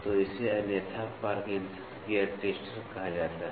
तो इसे अन्यथा पार्किंसंस गियर टेस्टर कहा जाता है